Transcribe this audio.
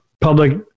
public